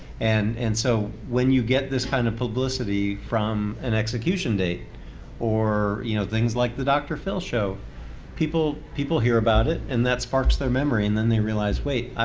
and and so when you get this kind of publicity from an execution date or you know things like the doctor phil show people people hear about it and that sparks their memory. and then they realize, wait.